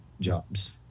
jobs